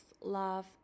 love